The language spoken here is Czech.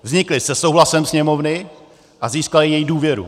Vznikly se souhlasem Sněmovny a získaly její důvěru.